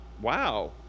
wow